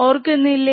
ഓർക്കുന്നില്ലേ